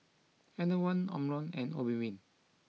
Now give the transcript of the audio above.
Enervon Omron and Obimin